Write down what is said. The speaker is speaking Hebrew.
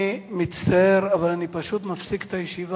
אני מצטער, אבל אני פשוט מפסיק את הישיבה.